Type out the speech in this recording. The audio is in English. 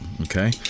okay